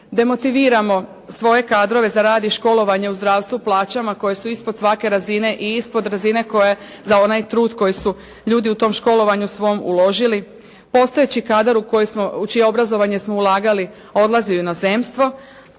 demotiviramo svoje kadrove za rad i školovanje u zdravstvu plaćama koje su ispod svake razine i ispod razine za onaj trud koji su ljudi u tom školovanju svom uložili, postojeći kadar u čije obrazovanje smo ulagali odlazi u inozemstvo,